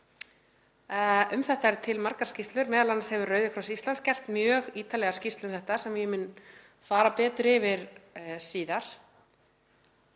Um þetta eru til margar skýrslur, m.a. hefur Rauði krossinn á Íslandi gert mjög ítarlega skýrslu um þetta sem ég mun fara betur yfir síðar.